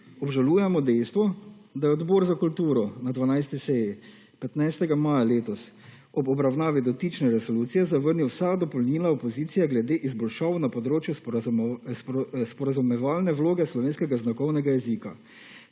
obžalujemo dejstvo, da je Odbor za kulturo na 12. seji, 15. maja letos, ob obravnavi dotične resolucije zavrnil vsa dopolnila opozicije glede izboljšav na področju sporazumevalne vloge slovenskega znakovnega jezika,